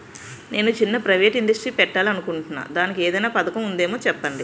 నేను చిన్న private industry పెట్టాలి అనుకుంటున్నా దానికి ఏదైనా పథకం ఉందేమో చెప్పండి?